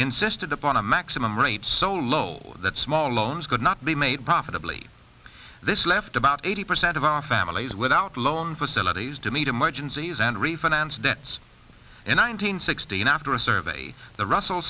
insisted upon a maximum rate so low that small loans could not be made possibly this left about eighty percent of our families without long facilities to meet emergencies and refinance debts in one hundred sixteen after a survey the russell